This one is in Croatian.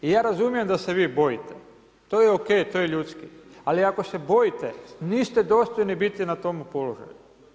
I ja razumijem da se vi bojite, to je ok, to je ljudski, ali ako se bojite, niste dostojni biti na tome položaju.